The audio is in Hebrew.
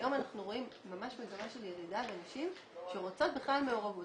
היום אנחנו רואים ממש מגמה של ירידה בנשים שרוצות כלל מעורבות.